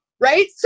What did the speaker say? right